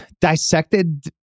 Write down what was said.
dissected